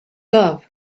love